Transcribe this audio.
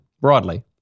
broadly